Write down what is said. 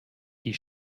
die